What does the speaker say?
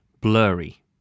Blurry